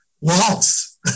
waltz